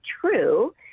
true